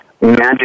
magic